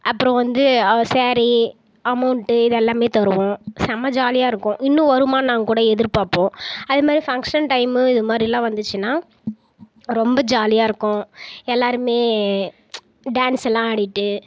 அப்புறம் வந்து அவங்க சாரீ அமௌண்ட்டு இது எல்லாமே தருவோம் சம ஜாலியாகருக்கும் இன்னும் வருமான்னு நாங்கள் கூட எதிர் பார்ப்போம் அதமாரி ஃபங்ஷன் டைமு இதுமாதிரிலாம் வந்துச்சின்னா ரொம்ப ஜாலியாகருக்கும் எல்லாருமே டான்ஸ் எல்லாம் ஆடிக்கிட்டு